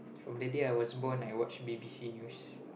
from the day I was born I watch b_b_c news